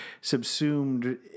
subsumed